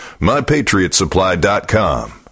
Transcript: MyPatriotSupply.com